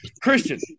Christian